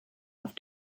auf